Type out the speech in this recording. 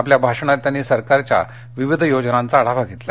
आपल्या भाषणात त्यांनी सरकारच्या विविध योजनांचा आढावा घेतला